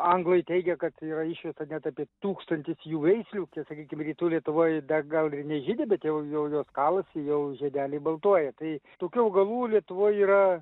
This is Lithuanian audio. anglai teigia kad yra išvesta net apie tūkstantis jų veislių sakykime rytų lietuvoj dar gal ir nežydi bet jau jos kalasi jau žiedeliai baltuoja tai tokių augalų lietuvoj yra